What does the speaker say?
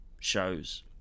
shows